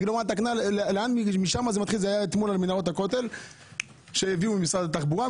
לאן -- -זה היה אתמול על מנהרות הכותל שהביאו משרד התחבורה,